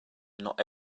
not